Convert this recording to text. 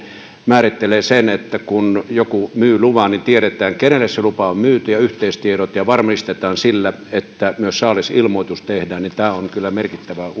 määrittelee sen että kun joku myy luvan niin tiedetään kenelle se lupa on myyty ja tiedetään yhteystiedot ja varmistetaan sillä että myös saalisilmoitus tehdään tämä on kyllä merkittävä